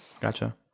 gotcha